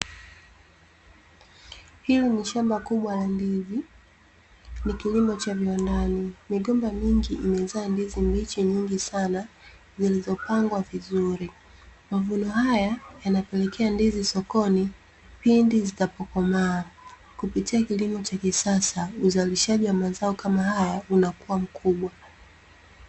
Hili ni shamba kubwa la ndizi, ni kilimo cha viwandani. Migomba mingi imezaa ndizi mbichi nyingi sana, zilizopangwa vizuri. Mavuno haya, yanapelekea ndizi sokoni pindi zitakapokomaa. Kupitia kilimo cha kisasa, uzalishaji wa mazao kama haya, unakua mkubwa.